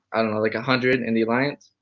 i don't know, like a hundred and the alliance.